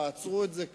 תעצרו את זה כאן.